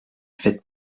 faites